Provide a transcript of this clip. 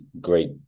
great